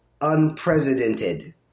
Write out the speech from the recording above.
unprecedented